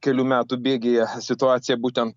kelių metų bėgyje situacija būtent